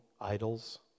idols